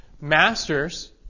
masters